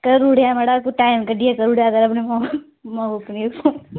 करी ओड़ेआं मड़ा टाइम कड्ढियै करी ओड़ै कर अपने फोन माऊ अपनी गी फोन